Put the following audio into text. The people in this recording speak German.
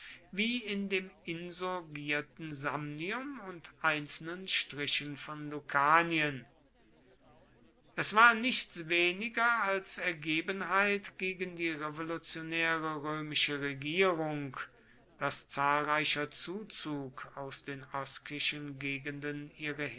wie in dem insurgierten samnium und einzelnen strichen von lucanien es war nichts weniger als ergebenheit gegen die revolutionäre römische regierung daß zahlreicher zuzug aus den oskischen gegenden